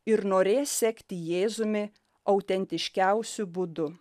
ir norės sekti jėzumi autentiškiausiu būdu